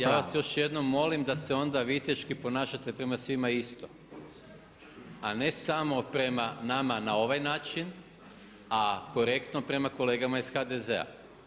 Ja vas još jednom molim da se onda viteški ponašate prema svima isto a ne samo prema nama na ovaj način a korektno prema kolegama iz HDZ-a.